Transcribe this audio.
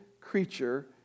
creature